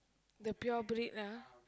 the pure breed ah